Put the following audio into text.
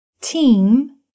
team